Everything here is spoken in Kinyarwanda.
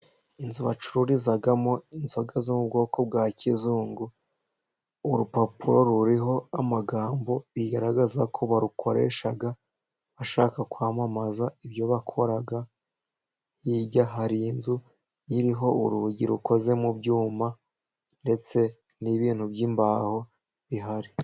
Inzu bacururizamo inzoga zo mu bwoko bwa kizungu, urupapuro ruriho amagambo bigaragaza ko barukoresha bashaka kwamamaza ibyo bakora, hirya hari inzu iririho urugi rukoze mu byuma ndetse n'ibintu by'imbaho bihari.